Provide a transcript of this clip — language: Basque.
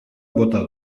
bota